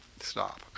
stop